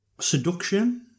Seduction